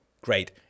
great